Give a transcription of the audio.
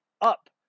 up